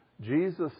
Jesus